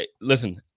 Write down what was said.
listen